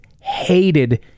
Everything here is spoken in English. hated